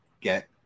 Get